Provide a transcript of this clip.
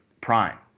prime